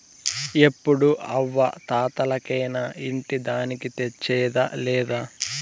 ఎప్పుడూ అవ్వా తాతలకేనా ఇంటి దానికి తెచ్చేదా లేదా